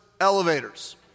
elevators